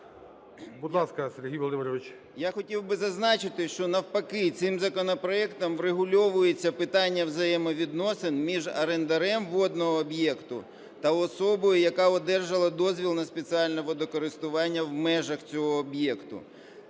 Будь ласка, Сергій Володимирович. 16:22:31 ХЛАНЬ С.В. Я хотів би зазначити, що навпаки цим законопроектом врегульовується питання взаємовідносин між орендарем водного об'єкта та особою, яка одержала дозвіл на спеціальне водокористування в межах цього об'єкта.